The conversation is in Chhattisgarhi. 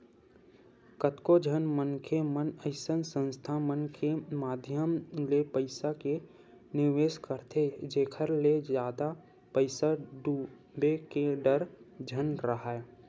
कतको झन मनखे मन अइसन संस्था मन के माधियम ले पइसा के निवेस करथे जेखर ले जादा पइसा डूबे के डर झन राहय